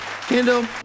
kendall